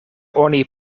oni